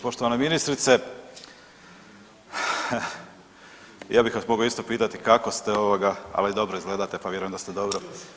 Poštovana ministrice, ja bih vas mogao isto pitati kako ste ovoga, ali dobro izgledate, pa vjerujem da ste dobro.